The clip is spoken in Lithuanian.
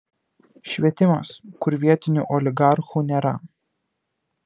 švietimas kur vietinių oligarchų nėra